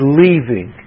leaving